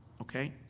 Okay